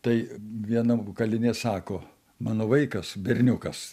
tai viena kalinė sako mano vaikas berniukas